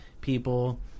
people